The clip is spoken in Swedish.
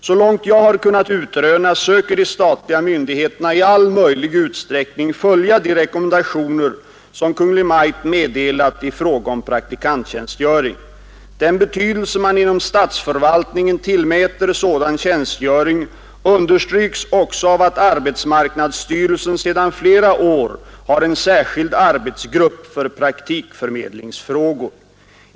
Så långt jag har kunnat utröna söker de statliga myndigheterna i all möjlig utsträckning följa de rekommendationer som Kungl. Maj:t meddelat i fråga om praktikanttjänstgöring. Den betydelse man inom statsförvaltningen tillmäter sådan tjänstgöring understryks också av att arbetsmarknadsstyrelsen sedan flera år har en särskild arbetsgrupp för praktikförmedlingsfrågor.